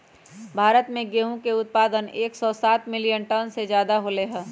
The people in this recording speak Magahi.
भारत में गेहूं के उत्पादन एकसौ सात मिलियन टन से ज्यादा होलय है